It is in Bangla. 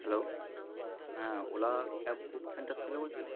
হ্যালো হ্যাঁ ওলা ক্যাব বুক সেন্টার থেকে বলছেন